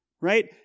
right